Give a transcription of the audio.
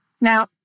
Now